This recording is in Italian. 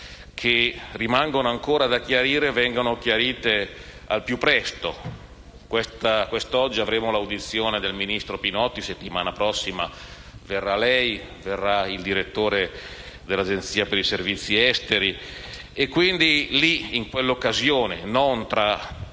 che rimangono ancora da chiarire vengano chiarite al più presto. Quest'oggi avremo l'audizione del ministro Pinotti e la settimana prossima verrà lei e verrà il direttore dell'Agenzia per i servizi esterni. In quell'occasione (non fra tre